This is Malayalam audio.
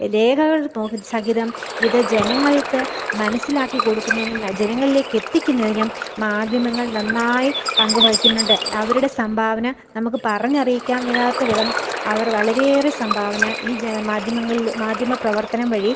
രേഖകൾ മൂ സഹിതം ഇത് ജനങ്ങൾക്ക് മനസ്സിലാക്കി കൊടുക്കുന്നതിനും ജനങ്ങളിലേക്ക് എത്തിക്കുന്നതിനും മാധ്യമങ്ങൾ നന്നായി പങ്ക് വഹിക്കുന്നുണ്ട് അവരുടെ സംഭാവന നമുക്ക് പറഞ്ഞറിയിക്കാ മേലാത്തവിധം അവർ വളരെയേറെ സംഭാവന ഈ ജ മാധ്യമങ്ങൾല് മാധ്യമപ്രവർത്തനം വഴി